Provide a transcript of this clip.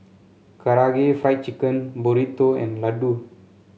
Karaage Fried Chicken Burrito and Ladoo